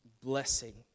blessing